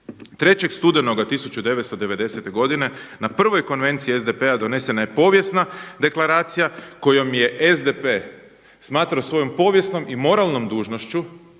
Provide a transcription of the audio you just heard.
3. studenoga 1990. godine na prvoj konvenciji SDP-a donesena je povijesna deklaracija kojom je SDP smatrao svojom povijesnom i moralnom dužnošću,